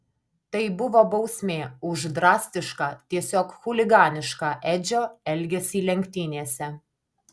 tai buvo bausmė už drastišką tiesiog chuliganišką edžio elgesį lenktynėse